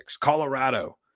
Colorado